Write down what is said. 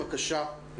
בבקשה.